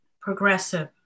progressive